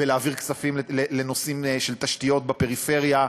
בלהעביר כספים לנושאים של תשתיות בפריפריה,